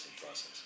process